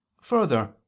further